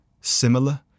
similar